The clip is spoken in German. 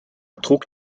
trug